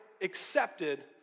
accepted